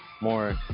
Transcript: more